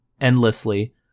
endlessly